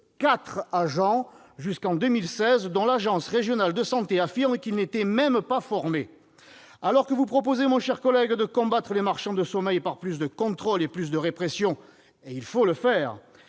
agents jusqu'en 2016, l'agence régionale de santé affirmant qu'ils n'étaient même pas formés ! Alors que vous proposez, mon cher collègue, de combattre les marchands de sommeil par plus de contrôle et plus de répression- il faut le faire